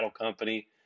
Company